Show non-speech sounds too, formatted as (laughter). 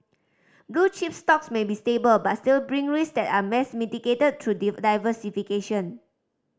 blue chip stocks may be stable but still bring risk that are best mitigated through (unintelligible) diversification